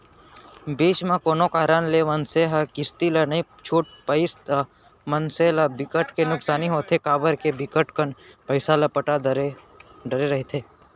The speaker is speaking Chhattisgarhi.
बीच म कोनो कारन ले मनसे ह किस्ती ला नइ छूट पाइस ता मनसे ल बिकट के नुकसानी होथे काबर के बिकट कन पइसा ल पटा डरे रहिथे